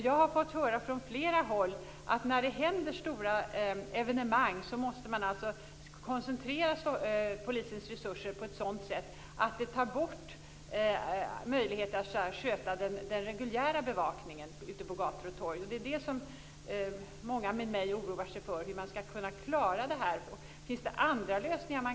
Jag har fått höra från flera håll att man, när det är stora evenemang, måste koncentrera polisens resurser på ett sådant sätt att det tar bort möjligheten att sköta den reguljära bevakningen ute på gator och torg. Många med mig oroar sig för hur man skall kunna klara det här. Kan man tänka sig andra lösningar?